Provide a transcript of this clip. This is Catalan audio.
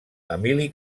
emili